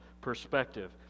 perspective